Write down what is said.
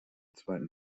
zweiten